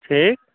ठीक